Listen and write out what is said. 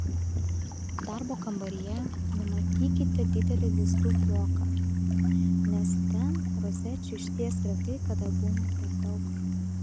darbo kambaryje numatykite didelį lizdų bloką nes ten rozečių išties retai kada būna per daug